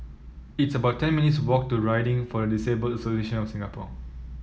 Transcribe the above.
it's about ten minutes' walk to Riding for the Disabled Association of Singapore